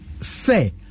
say